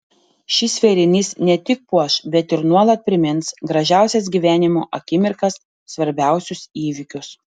šis vėrinys ne tik puoš bet ir nuolat primins gražiausias gyvenimo akimirkas svarbiausius įvykius